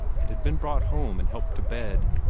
and had been brought home and helped to bed.